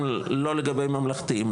לא לגבי ממלכתיים,